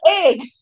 egg